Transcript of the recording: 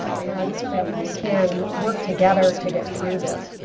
and that we can work together to get through this.